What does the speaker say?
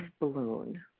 balloon